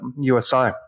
USI